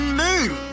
move